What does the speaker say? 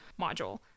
module